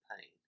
pain